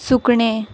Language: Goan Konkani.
सुकणें